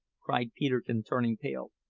cried peterkin, turning pale,